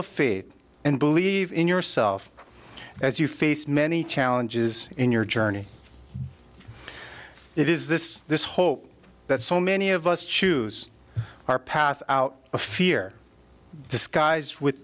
of faith and believe in yourself as you face many challenges in your journey it is this this hope that so many of us choose our path out of fear disguised with